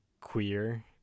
queer